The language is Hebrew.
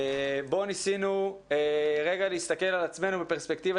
בו ניסינו רגע להסתכל על עצמנו בפרספקטיבה